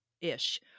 ish